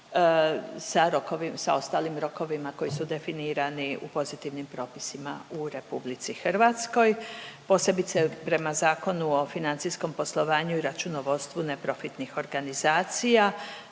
sa ostalim rokovima koji su definirani u pozitivnim propisima u RH. Posebice prema Zakonu o financijskom poslovanju i računovodstvu neprofitnih organizacija